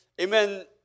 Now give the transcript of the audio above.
Amen